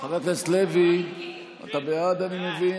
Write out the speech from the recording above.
חבר הכנסת לוי, אתה בעד, אני מבין?